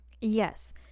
Yes